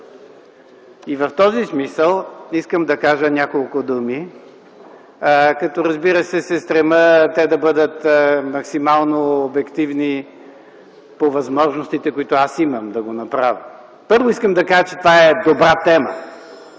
В този смисъл искам да кажа няколко думи, като се стремя те да бъдат максимално обективни по възможностите, които аз имам да го направя. Първо искам да кажа, че това е добра тема.